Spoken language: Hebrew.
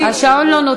השעון לא נותן.